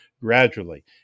gradually